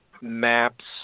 maps